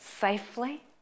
safely